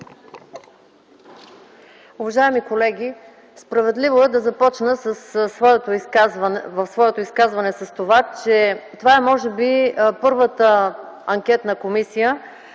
Уважаеми колеги, справедливо е да започна своето изказване с това, че това е може би първата анкетна комисия,